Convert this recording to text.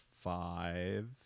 five